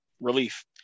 relief